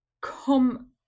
come